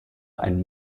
einen